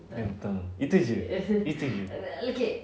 kentang itu jer itu jer